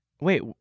Wait